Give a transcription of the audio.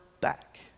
back